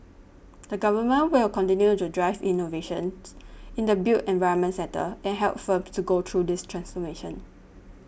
the Government will continue to drive innovations in the built environment sector and help firms to go through this transformation